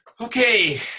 Okay